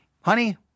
honey